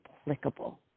applicable